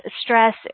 stress